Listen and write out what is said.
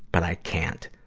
but i can't.